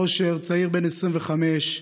אושר, צעיר בן 25,